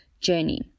journey